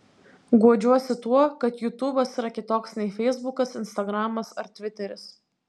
guodžiuosi tuo kad jutubas yra kitoks nei feisbukas instagramas ar tviteris